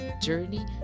Journey